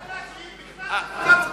הוא ממפלגה שהיא אסורה בבית הזה.